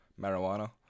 marijuana